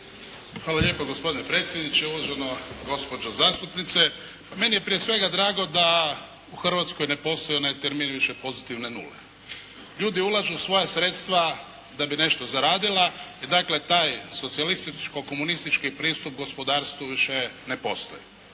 Hvala lijepa gospodine predsjedniče, uvažena gospođo zastupnice, pa meni je prije svega drago da u Hrvatskoj ne postoji onaj termin više pozitivne nule. Ljudi ulažu svoja sredstva da bi nešto zaradila. I dakle, taj socijalističko-komunistički pristup gospodarstvu više ne postoji.